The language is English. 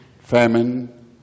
famine